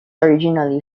originally